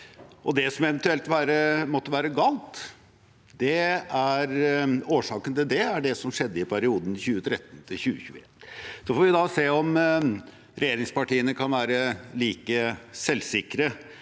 det som eventuelt måtte være galt, er det som skjedde i perioden 2013–2021. Så får vi se om regjeringspartiene kan være like selvsikre